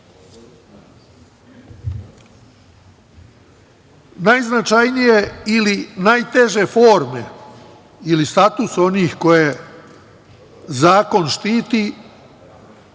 rekao. Najznačajnije ili najteže forme ili status onih koje zakon štiti